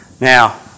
Now